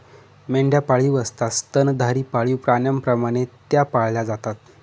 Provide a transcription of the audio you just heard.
मेंढ्या पाळीव असतात स्तनधारी पाळीव प्राण्यांप्रमाणे त्या पाळल्या जातात